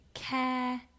care